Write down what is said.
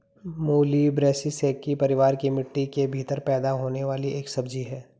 मूली ब्रैसिसेकी परिवार की मिट्टी के भीतर पैदा होने वाली एक सब्जी है